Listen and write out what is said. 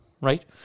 right